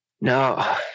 No